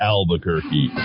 Albuquerque